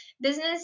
business